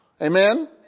Amen